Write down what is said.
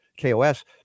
KOS